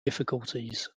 difficulties